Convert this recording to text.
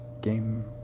game